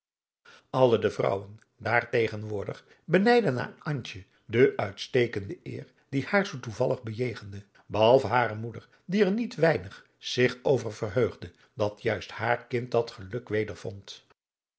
alle de vrouwen daar tegenwoordig benijdden aan antje de uitstekende eer die haar zoo toevallig bejegende behalve hare moeder die er niet weinig zich over verheugde dat juist haar kind dat geluk